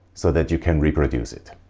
so that you can reproduce it.